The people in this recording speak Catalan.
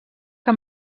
que